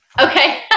okay